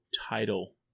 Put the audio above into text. title